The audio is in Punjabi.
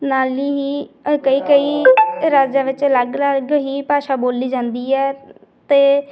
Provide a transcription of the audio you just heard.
ਨਾਲ ਹੀ ਕਈ ਕਈ ਰਾਜਾਂ ਵਿੱਚ ਅਲੱਗ ਅਲੱਗ ਹੀ ਭਾਸ਼ਾ ਬੋਲੀ ਜਾਂਦੀ ਹੈ ਅਤੇ